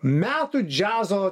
metų džiazo